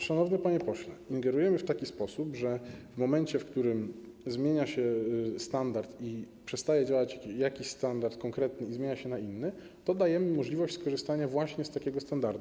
Szanowny panie pośle, ingerujemy w taki sposób, że w momencie, w którym zmienia się standard, przestaje działać jakiś konkretny standard i zmienia się na inny, to dajemy możliwość skorzystania właśnie z takiego standardu.